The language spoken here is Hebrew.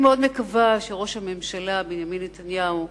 אני מאוד מקווה שראש הממשלה בנימין נתניהו,